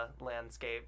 landscape